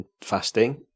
fasting